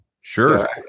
Sure